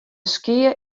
skea